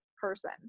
person